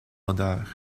odeurs